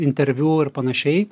interviu ir panašiai